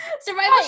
survival